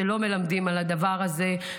שלא מלמדים על הדבר הזה.